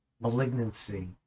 malignancy